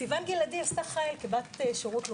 סיון גלעדי עשתה חיל כבת שירות לאומי.